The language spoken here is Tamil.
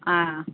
ஆ